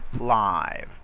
live